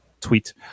tweet